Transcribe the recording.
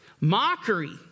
Mockery